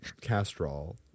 Castrol